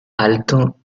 alto